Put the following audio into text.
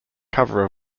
cover